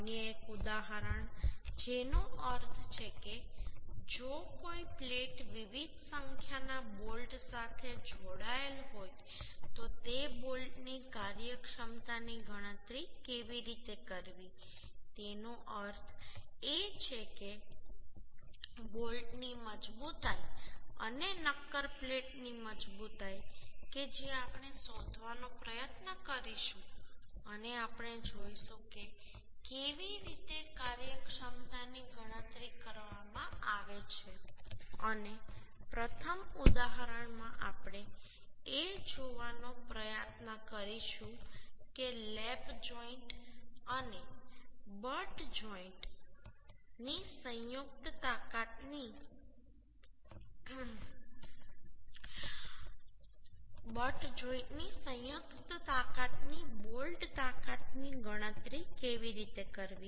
અન્ય એક ઉદાહરણ જેનો અર્થ છે કે જો કોઈ પ્લેટ વિવિધ સંખ્યાના બોલ્ટ સાથે જોડાયેલ હોય તો તે બોલ્ટની કાર્યક્ષમતાની ગણતરી કેવી રીતે કરવી તેનો અર્થ એ છે કે બોલ્ટની મજબૂતાઈ અને નક્કર પ્લેટની મજબૂતાઈ કે જે આપણે શોધવાનો પ્રયત્ન કરીશું અને આપણે જોઈશું કે કેવી રીતે કાર્યક્ષમતાની ગણતરી કરવામાં આવે છે અને પ્રથમ ઉદાહરણમાં આપણે એ જોવાનો પ્રયત્ન કરીશું કે લેપ જોઈન્ટ અને બટ જોઈન્ટ ની સંયુક્ત તાકાતની બોલ્ટ તાકાતની ગણતરી કેવી રીતે કરવી